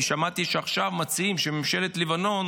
אני שמעתי שעכשיו מציעים שממשלת לבנון